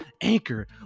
Anchor